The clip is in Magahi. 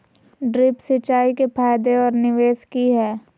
ड्रिप सिंचाई के फायदे और निवेस कि हैय?